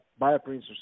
bioprinters